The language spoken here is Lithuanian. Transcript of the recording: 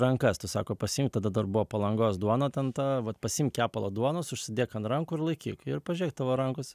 rankas tu sako pasiimk tada dar buvo palangos duona ten ta vat pasiimk kepalą duonos užsidėk ant rankų ir laikyk ir pažiūrėk tavo rankos